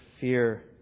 fear